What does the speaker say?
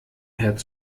herd